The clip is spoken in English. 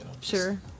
Sure